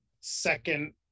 second